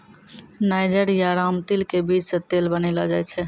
niger या रामतिल के बीज सॅ तेल बनैलो जाय छै